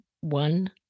one